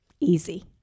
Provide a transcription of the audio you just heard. Easy